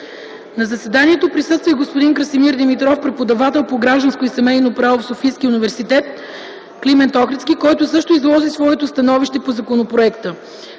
На заседанието присъства и господин Красимир Димитров – преподавател по гражданско и семейно право в СУ „Климент Охридски”, който също изложи своето становище по законопроекта.